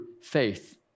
faith